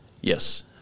Yes